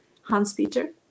Hans-Peter